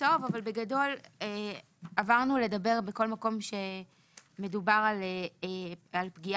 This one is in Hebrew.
אבל בגדול בכל מקום שמדובר על פגיעה